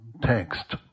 text